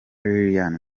lilian